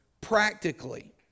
practically